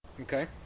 Okay